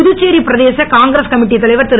புதுச்சேரி பிரதேச Congress committee தலைவர் திரு